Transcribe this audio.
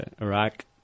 Iraq